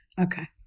Okay